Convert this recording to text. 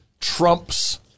trump's